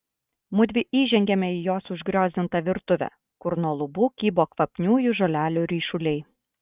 mudvi įžengiame į jos užgriozdintą virtuvę kur nuo lubų kybo kvapniųjų žolelių ryšuliai